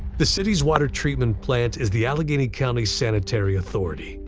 the city's water treatment plant is the allegheny county sanitary authority,